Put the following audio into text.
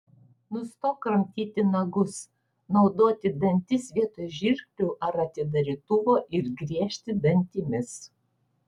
nustok kramtyti nagus naudoti dantis vietoj žirklių ar atidarytuvo ir griežti dantimis